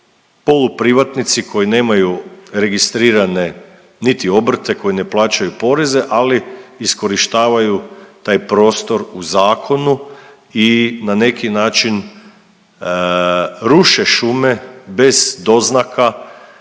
poluprivatnici koji nemaju registrirane niti obrte, koji ne plaćaju poreze, ali iskorištavaju taj prostor u zakonu i na neki način ruše šume bez doznaka